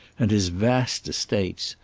and his vast estates,